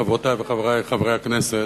חברותי וחברי חברי הכנסת,